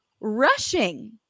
rushing